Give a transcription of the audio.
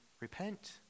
repent